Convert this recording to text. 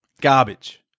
Garbage